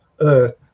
Earth